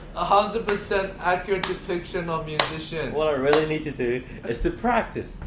hundred percent accurate depiction of musicians! what i really need to do is to practice!